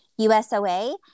USOA